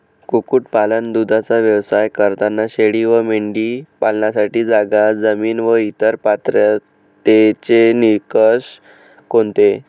कुक्कुटपालन, दूधाचा व्यवसाय करताना शेळी व मेंढी पालनासाठी जागा, जमीन व इतर पात्रतेचे निकष कोणते?